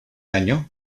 año